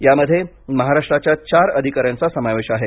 यामध्ये महाराष्ट्राच्या चार अधिकाऱ्यांचा समावेश आहे